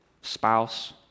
spouse